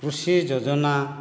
କୃଷି ଯୋଜନା